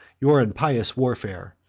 your impious warfare.